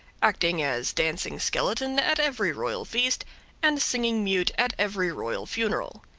acting as dancing skeleton at every royal feast and singing-mute at every royal funeral.